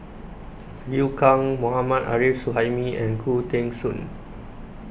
Liu Kang Mohammad Arif Suhaimi and Khoo Teng Soon